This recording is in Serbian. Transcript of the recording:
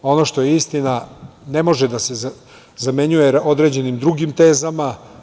Ono što je istina ne može da se zamenjuje određenim drugim tezama.